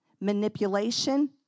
manipulation